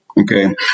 okay